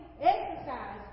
exercise